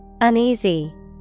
Uneasy